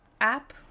app